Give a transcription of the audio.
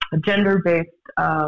gender-based